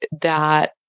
that-